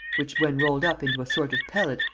which, when rolled up into a sort of pellet,